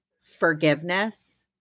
forgiveness